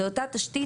זו אותה תשתית,